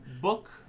book